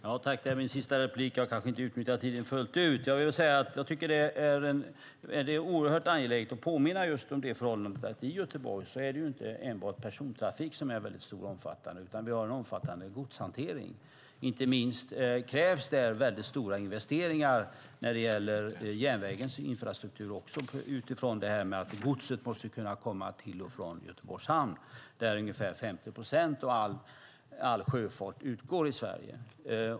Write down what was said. Herr talman! Det är angeläget att påminna om att det i Göteborg inte är enbart persontrafiken som är stor och omfattande, utan vi har även en omfattande godshantering. Inte minst krävs det stora investeringar när det gäller järnvägens infrastruktur med utgångspunkt i att godset måste kunna komma till och från Göteborgs hamn där ungefär 50 procent av all sjöfart utgår i Sverige.